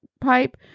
pipe